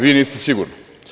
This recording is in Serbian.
Vi niste sigurno.